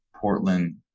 Portland